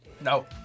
No